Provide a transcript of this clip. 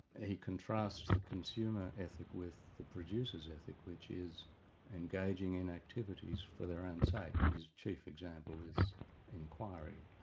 he contrasts the consumer ethic with the producer's ethic, which is engaging in activities for their own sake, and his chief example is inquiry,